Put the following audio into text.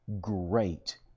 great